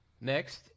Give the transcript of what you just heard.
Next